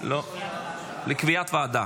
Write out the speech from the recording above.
היא תעבור